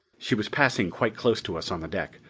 she was passing quite close to us on the deck,